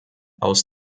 aus